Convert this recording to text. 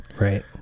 right